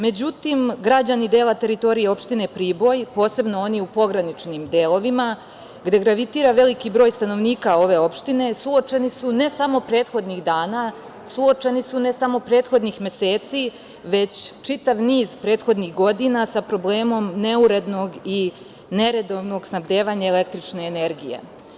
Međutim, građani dela teritorije opštine Priboj, posebno oni u pograničnim delovima gde gravitira veliki broj stanovnika ove opštine, suočeni su ne samo prethodnih dana, suočeni su ne samo prethodnih meseci, već čitav niz prethodnih godina sa problemom neurednog i neredovnog snabdevanja električne energije.